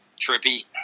trippy